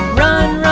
run!